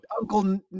uncle